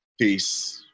Peace